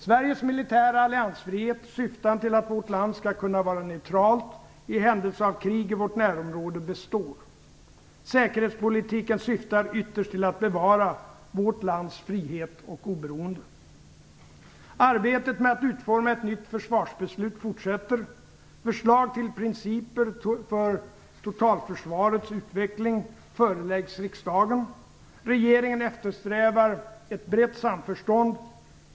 Sveriges militära alliansfrihet syftande till att vårt land skall kunna vara neutralt i händelse av krig i vårt närområde består. Säkerhetspolitiken syftar ytterst till att bevara vårt lands frihet och oberoende. Arbetet med att utforma ett nytt försvarsbeslut fortsätter. Förslag till principer för totalförsvarets utveckling föreläggs riksdagen. Regeringen eftersträvar ett brett samförstånd.